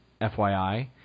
FYI